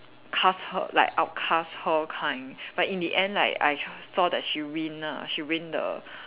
cast her like outcast her kind but in the end like I saw that she win ah she win the